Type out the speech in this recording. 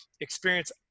experience